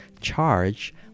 charge